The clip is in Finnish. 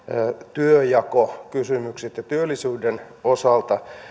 työnjakokysymykset työllisyyden osalta